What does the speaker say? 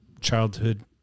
childhood